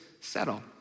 settle